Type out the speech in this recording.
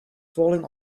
falling